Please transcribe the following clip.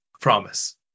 Promise